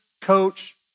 coach